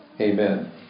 Amen